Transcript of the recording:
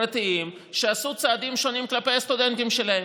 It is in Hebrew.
יש מוסדות פרטיים שעשו צעדים שונים כלפי הסטודנטים שלהם,